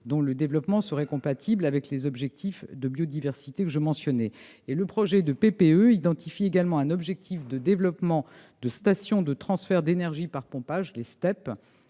dont le développement serait compatible avec les objectifs de biodiversité. Le projet de PPE identifie également un objectif de développement des stations de transfert d'énergie par pompage, les STEP.